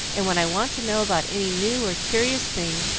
and when i want to know about any new or curious thing,